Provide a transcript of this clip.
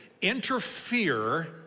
interfere